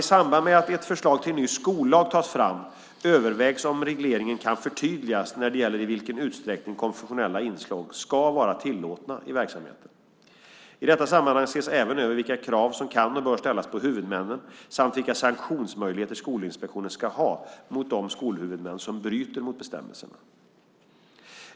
I samband med att ett förslag till ny skollag tas fram övervägs om regleringen kan förtydligas när det gäller i vilken utsträckning konfessionella inslag ska vara tillåtna i verksamheten. I detta sammanhang ses även över vilka krav som kan och bör ställas på huvudmännen samt vilka sanktionsmöjligheter Skolinspektionen ska ha mot de skolhuvudmän som bryter mot bestämmelserna.